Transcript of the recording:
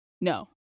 No